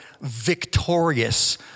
victorious